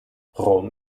rom